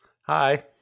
Hi